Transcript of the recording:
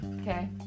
Okay